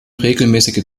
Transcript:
regelmäßige